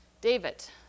David